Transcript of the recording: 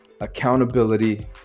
accountability